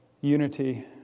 unity